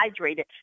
hydrated